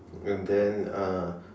and then uh